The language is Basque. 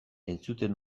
entzuten